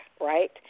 right